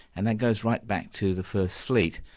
and that goes right back to the first fleet,